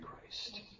Christ